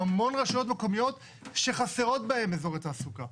יש היום המון רשויות מקומיות שחסרים בהם אזורי תעסוקה.